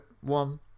one